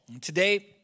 Today